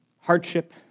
hardship